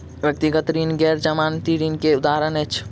व्यक्तिगत ऋण गैर जमानती ऋण के उदाहरण अछि